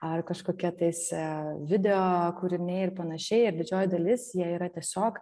ar kažkokie tais video kūriniai ir panašiai ir didžioji dalis jie yra tiesiog